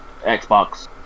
Xbox